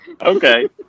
Okay